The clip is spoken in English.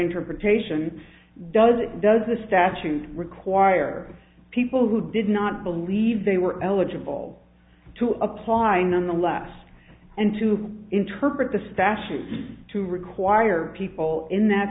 interpretation does it does the statute require people who did not believe they were eligible to apply nonetheless and to interpret the statute to require people in that